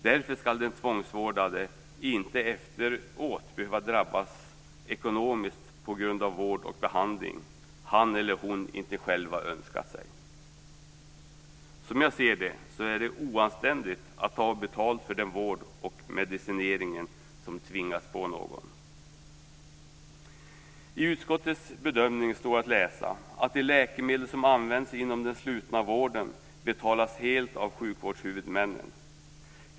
Därför ska den tvångsvårdade inte efteråt behöva drabbas ekonomiskt på grund av vård och behandling som han eller hon inte själv har önskat sig. Som jag ser det är det oanständigt att ta betalt för den vård och medicinering som tvingas på någon. I utskottets bedömning står att läsa att de läkemedel som används inom den slutna vården betalas helt av sjukvårdshuvudmännen.